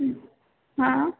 हां